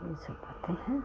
ये सब बातें हैं